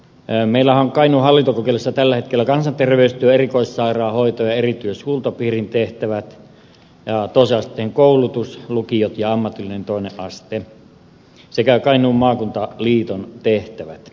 meillähän on kainuun hallintokokeilussa tällä hetkellä kansanterveystyö erikoissairaanhoito ja erityishuoltopiirin tehtävät ja toisen asteen koulutus lukiot ja ammatillinen toinen aste sekä kainuun maakuntaliiton tehtävät